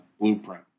blueprint